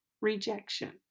Rejection